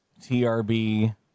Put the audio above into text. TRB